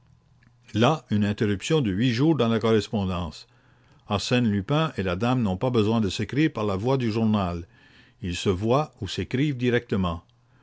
là une interruption de huit jours dans la correspondance arsène lupin et la dame n'ont pas besoin de s'écrire par la voie du journal ils se voient ou s'écrivent directement